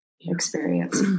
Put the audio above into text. experience